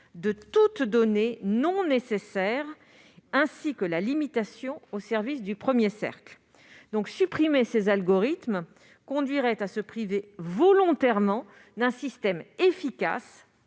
de toute donnée non nécessaire, ainsi que la limitation aux services du premier cercle. La suppression de ces algorithmes conduirait à se priver volontairement d'un système efficace,